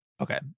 Okay